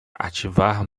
ativar